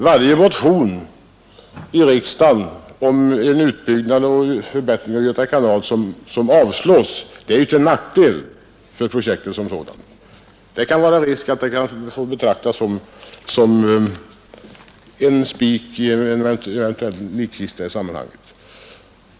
Varje motion i riksdagen om en utbyggnad eller förbättring av Göta kanal som avslås är ju till nackdel för projektet som sådant. Det är risk för att den kan betraktas som en spik i en eventuell likkista.